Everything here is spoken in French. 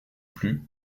plut